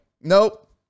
Nope